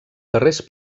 carrers